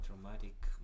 traumatic